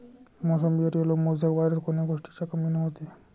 मोसंबीवर yellow mosaic virus कोन्या गोष्टीच्या कमीनं होते?